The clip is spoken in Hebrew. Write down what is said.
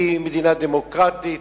היא מדינה דמוקרטית,